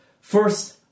first